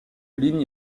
ligne